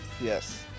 Yes